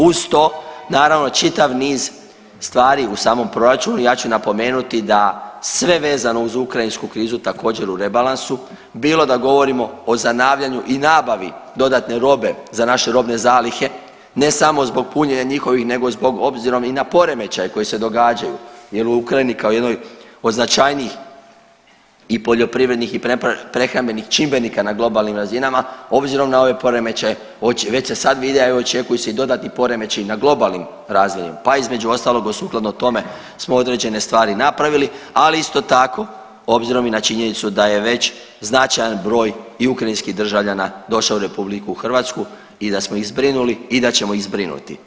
Uz to naravno čitav niz stvari u samom proračunu, ja ću napomenuti da sve vezano uz ukrajinsku krizu također u rebalansu bilo da govorimo o zanavljanju i nabavi dodatne robe za naše robne zalihe, ne samo zbog punjenja njihovih nego zbog, obzirom i na poremećaj koji se događaju jer u Ukrajini kao jednoj od značajnijih i poljoprivrednih i prehrambenih čimbenika na globalnim razinama obzirom na ove poremećaje već se sad vide, a evo očekuju se i dodatni poremećaji na globalnim razinama, pa između ostalog sukladno tome smo određene stvari napravili, ali isto tako obzirom i na činjenicu da je već značajan broj i ukrajinskih državljana došao u RH i da smo ih zbrinuli i da ćemo ih zbrinuti.